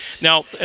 Now